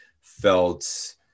felt